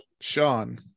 Sean